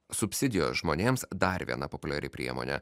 subsidijos žmonėms dar viena populiari priemonė